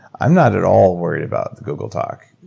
i'm not at all worried about google talk.